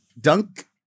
Dunk